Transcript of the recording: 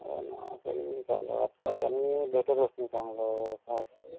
हो ना काही बी चाललं आजकाल का नाही भेटतच नाही चांगलं काय